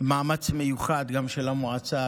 מאמץ מיוחד גם של המועצה,